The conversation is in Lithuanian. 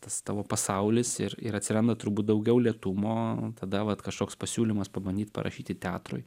tas tavo pasaulis ir ir atsiranda turbūt daugiau lėtumo tada vat kažkoks pasiūlymas pabandyt parašyti teatrui